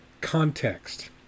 context